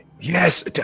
Yes